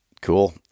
Cool